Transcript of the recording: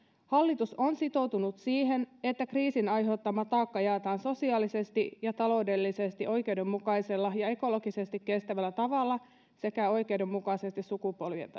hallitus on sitoutunut siihen että kriisin aiheuttama taakka jaetaan sosiaalisesti ja taloudellisesti oikeudenmukaisella ja ekologisesti kestävällä tavalla sekä oikeudenmukaisesti sukupolvien